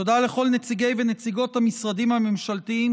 תודה לכל נציגי ונציגות המשרדים הממשלתיים,